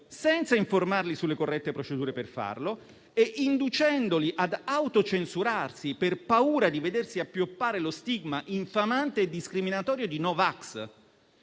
senza informarli sulle corrette procedure per farlo e inducendoli ad autocensurarsi per paura di vedersi appioppare lo stigma infamante e discriminatorio di no vax.